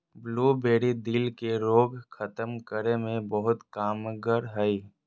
blueberry, दिल के रोग खत्म करे मे भी कामगार हय